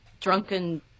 drunken